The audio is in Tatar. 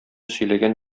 сөйләгән